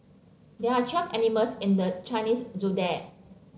there are twelve animals in the Chinese Zodiac